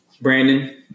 Brandon